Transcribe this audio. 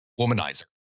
womanizer